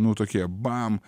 nu tokie bam